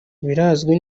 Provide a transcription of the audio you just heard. birazwi